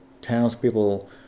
townspeople